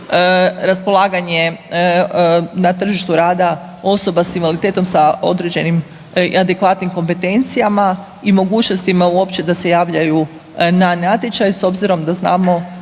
raspolaganje na tržištu rada osoba s invaliditetom sa određenim adekvatnim kompetencijama i mogućnostima uopće da se javljaju na natječaj s obzirom da znamo